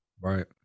Right